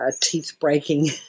teeth-breaking